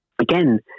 again